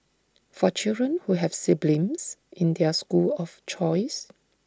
for children who have siblings in their school of choice